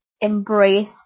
embrace